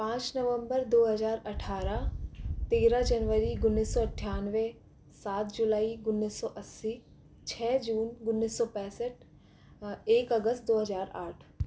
पाँच नवम्बर दो हज़ार अठारह तेरह जनवरी उन्नीस सौ अट्ठानवे सात जुलाई उन्नीस सौ अस्सी छह जून उन्नीस सौ पैंसठ आ एक अगस्त दो हज़ार आठ